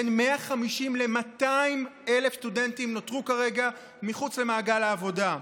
בין 150,000 ל-200,000 סטודנטים נותרו כרגע מחוץ למעגל העבודה.